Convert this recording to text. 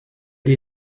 die